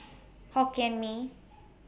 Hokkien Mee